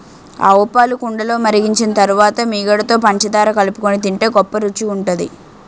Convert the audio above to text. ఆవుపాలు కుండలో మరిగించిన తరువాత మీగడలో పంచదార కలుపుకొని తింటే గొప్ప రుచిగుంటది